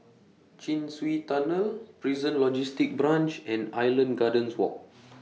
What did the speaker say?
Chin Swee Tunnel Prison Logistic Branch and Island Gardens Walk